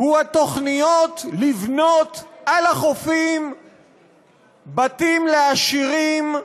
הוא התוכניות לבנות על החופים בתים לעשירים,